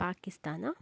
Pakistan